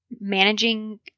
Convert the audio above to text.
managing